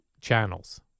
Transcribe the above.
channels